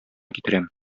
китерәм